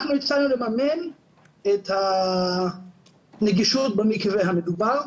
אנחנו הצענו לממן את הנגישות במקווה המדובר.